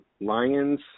Lions